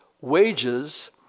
wages